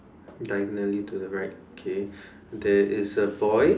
diagonally to the right okay there is a boy